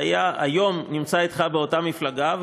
שהיום נמצא אתך באותה מפלגה,